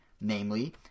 Namely